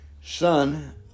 son